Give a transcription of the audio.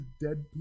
dead